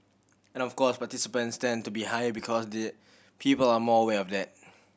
and of course participation tends to be higher because the people are more aware of that